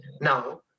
Now